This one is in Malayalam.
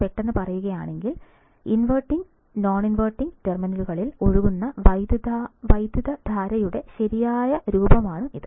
പെട്ടെന്ന് പറയുകയാണെങ്കിൽ ഇൻവെർട്ടിംഗ് നോൺ ഇൻവെർട്ടിംഗ് ടെർമിനലുകളിൽ ഒഴുകുന്ന വൈദ്യുതധാരയുടെ ശരാശരിയാണ് ഇത്